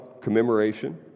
commemoration